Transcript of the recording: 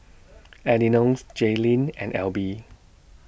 Elenor's Jaylynn and L B